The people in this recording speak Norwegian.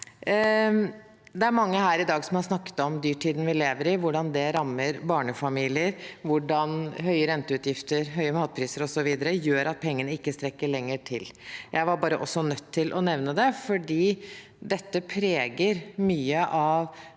Det er mange her i dag som har snakket om dyrtiden vi lever i, hvordan den rammer barnefamilier, og hvordan høye renteutgifter, høye matpriser osv. gjør at pengene ikke lenger strekker til. Jeg var bare nødt til også å nevne det, for dette preger mange av